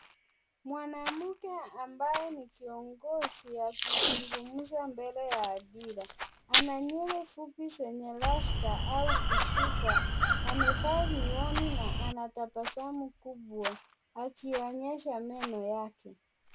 Mwanamke ambaye ni kiongozi akizungumza mbele ya hadhira. Ana nywele fupi zenye rasta au kusuka. Amevaa miwani na anatabasamu kubwa, akionyesha meno yake.